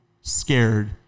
scared